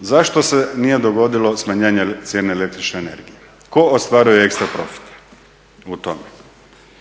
zašto se nije dogodilo smanjenje cijene električne energije? Tko ostvaruje ekstra profite u tome?